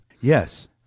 Yes